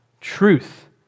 truth